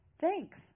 Thanks